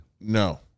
No